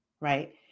right